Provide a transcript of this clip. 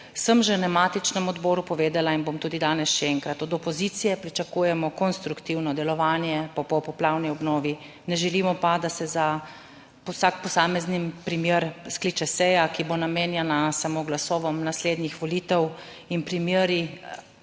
Sem že na matičnem odboru povedala in bom tudi danes še enkrat: od opozicije pričakujemo konstruktivno delovanje poplavni obnovi, ne želimo pa, da se za vsak posamezen primer skliče seja, ki bo namenjena samo glasovom naslednjih volitev, in primeri